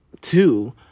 two